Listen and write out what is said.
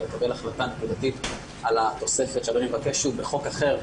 לקבל החלטה נקודתית על התוספת שאדוני מבקש בחוק אחר,